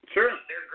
Sure